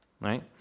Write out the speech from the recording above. right